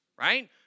right